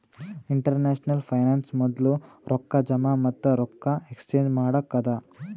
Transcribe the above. international finance ಮೊದ್ಲು ರೊಕ್ಕಾ ಜಮಾ ಮತ್ತ ರೊಕ್ಕಾ ಎಕ್ಸ್ಚೇಂಜ್ ಮಾಡಕ್ಕ ಅದಾ